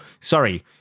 sorry